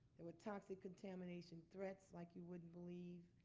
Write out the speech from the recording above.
there were toxic contamination threats like you wouldn't believe.